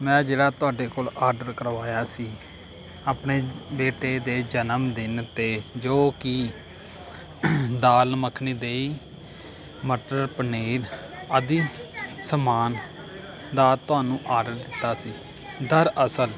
ਮੈਂ ਜਿਹੜਾ ਤੁਹਾਡੇ ਕੋਲ ਆਰਡਰ ਕਰਵਾਇਆ ਸੀ ਆਪਣੇ ਬੇਟੇ ਦੇ ਜਨਮ ਦਿਨ 'ਤੇ ਜੋ ਕਿ ਦਾਲ ਮਖਣੀ ਦਹੀਂ ਮਟਰ ਪਨੀਰ ਆਦਿ ਸਮਾਨ ਦਾ ਤੁਹਾਨੂੰ ਆਰਡਰ ਦਿੱਤਾ ਸੀ ਦਰਅਸਲ